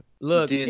look